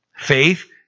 Faith